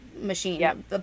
machine